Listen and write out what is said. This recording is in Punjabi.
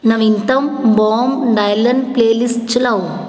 ਨਵੀਨਤਮ ਬੌਬ ਡਾਇਲਨ ਪਲੇਲਿਸਟ ਚਲਾਓ